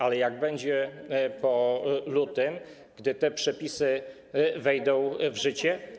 Ale jak będzie po lutym, gdy te przepisy wejdą w życie?